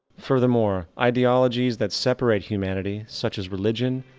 furthermore, ideologies that separate humanity, such as religion,